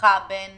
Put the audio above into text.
בכריכה בין